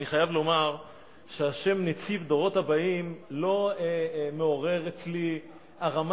אני חייב לומר שהשם נציב דורות הבאים לא מעורר אצלי הרמת